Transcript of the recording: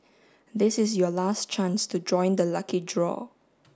this is your last chance to join the lucky draw